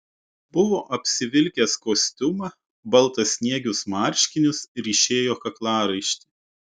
buvo apsivilkęs kostiumą baltasniegius marškinius ryšėjo kaklaraištį